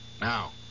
now